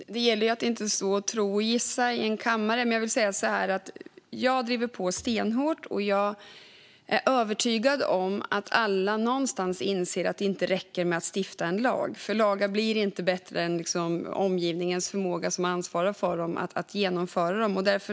Fru talman! Det gäller att inte stå och tro och gissa i kammaren. Men jag driver på stenhårt, och jag är övertygad om att alla någonstans inser att det inte räcker att stifta en lag. Lagar blir inte bättre än den ansvariga omgivningens förmåga att genomföra dem.